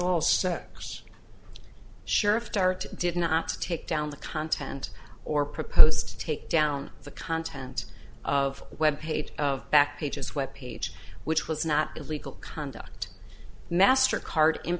dart did not take down the content or proposed to take down the content of web page of back pages web page which was not illegal conduct master card in